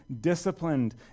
disciplined